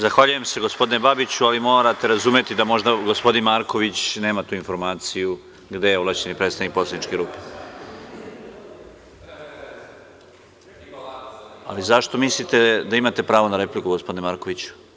Zahvaljujem se, gospodine Babiću, ali morate razumeti, da možda gospodin Marković nema tu informaciju gde je ovlašćeni predsednik poslaničke grupe. (Jovan Marković, s mesta: Replika.) Zašto mislite da imate pravo na repliku, gospodine Markoviću.